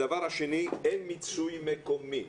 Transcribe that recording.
הדבר השני, אין מיצוי מקומי.